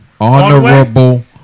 honorable